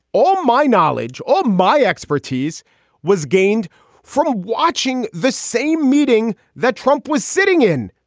all my knowledge, all my expertise was gained from watching the same meeting that trump was sitting in.